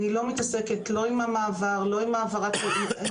אני לא מתעסקת עם המעבר או עם העברת אינפורמציה.